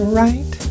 right